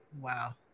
wow